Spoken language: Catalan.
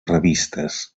revistes